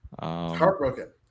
heartbroken